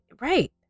Right